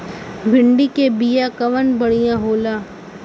भिंडी के बिया कवन बढ़ियां होला?